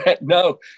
No